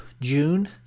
June